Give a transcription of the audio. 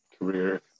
career